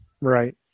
Right